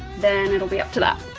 then it'll be up to that.